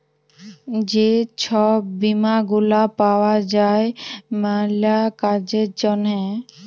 যে ছব বীমা গুলা পাউয়া যায় ম্যালা কাজের জ্যনহে